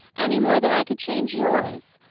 any more than i could change yours.